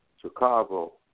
Chicago